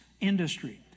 industry